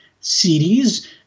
series